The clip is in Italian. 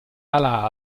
ala